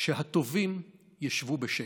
שהטובים ישבו בשקט".